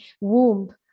womb